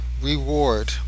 reward